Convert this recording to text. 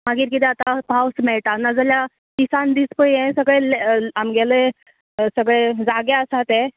मागीर किदें जाता पावस मेळटा ना जाल्या दिसान दीस पळय ह्यें सगळें लॅ् आमगेले सगळे जागे आसा ते